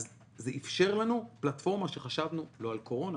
זה איפשר לנו פלטפורמה שחשבנו לא על קורונה,